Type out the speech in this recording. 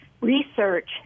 research